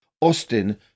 Austin